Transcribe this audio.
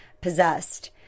possessed